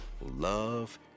love